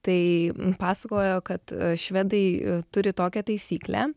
tai pasakojo kad švedai turi tokią taisyklę